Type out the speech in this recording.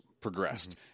progressed